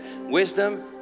Wisdom